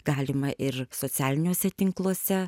galima ir socialiniuose tinkluose